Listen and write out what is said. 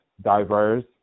diverse